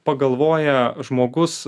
pagalvoja žmogus